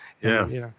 Yes